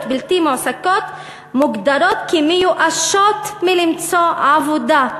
בלתי מועסקות מוגדרות כמיואשות מלמצוא עבודה,